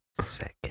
Second